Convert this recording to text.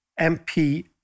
MP